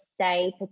say